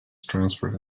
transferred